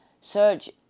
Search